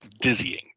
dizzying